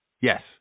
Yes